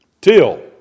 till